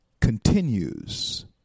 continues